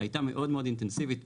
הייתה מאוד מאוד אינטנסיבית.